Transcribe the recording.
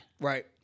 Right